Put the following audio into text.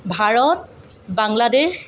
Bharat Bangladesh